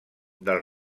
del